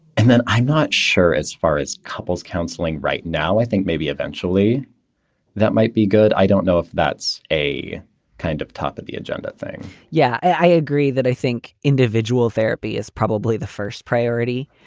and then i'm not sure as far as couples counselling right now, i think maybe eventually that might be good. i don't know if that's a kind of top of the agenda thing yeah, i agree that i think individual therapy is probably the first priority.